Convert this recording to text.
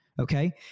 Okay